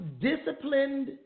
disciplined